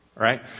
Right